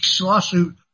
lawsuit